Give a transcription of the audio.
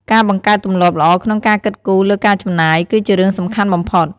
ការបង្កើតទម្លាប់ល្អក្នុងការគិតគូរលើការចំណាយ គឺជារឿងសំខាន់បំផុត។